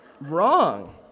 wrong